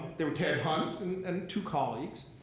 they were ted hunt and and two colleagues.